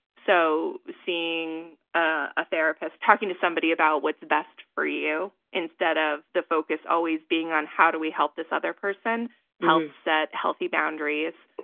so seeing a therapist, talking to somebody about what's best for you, instead of the focus always being on, how do we help this other person helps set healthy boundaries.